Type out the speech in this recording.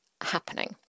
happening